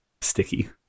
sticky